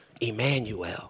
Emmanuel